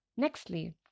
nextly